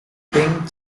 pink